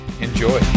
enjoy